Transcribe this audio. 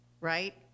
right